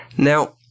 Now